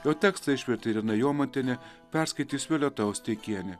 jo tekstą išvertė irena jomantienė perskaitys violeta osteikienė